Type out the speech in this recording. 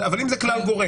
אבל אם זה כלל גורף,